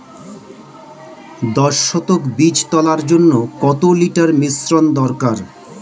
দশ শতক বীজ তলার জন্য কত লিটার মিশ্রন দরকার?